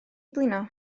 blino